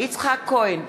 יצחק כהן,